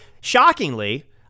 shockingly